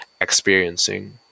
experiencing